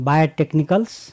Biotechnicals